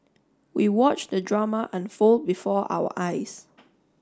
we watched the drama unfold before our eyes